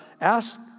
Ask